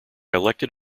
elected